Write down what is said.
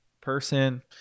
person